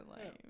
lame